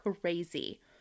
crazy